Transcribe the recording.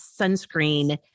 sunscreen